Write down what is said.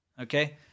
Okay